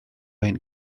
ein